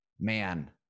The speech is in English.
man